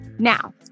Now